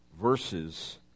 verses